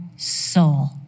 soul